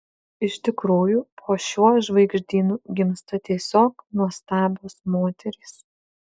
iš tikrųjų po šiuo žvaigždynu gimsta tiesiog nuostabios moterys